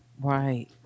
Right